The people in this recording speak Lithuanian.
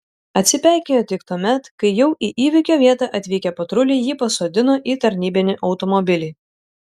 atsipeikėjo tik tuomet kai jau į įvykio vietą atvykę patruliai jį pasodino į tarnybinį automobilį